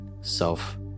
self